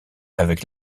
avec